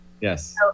Yes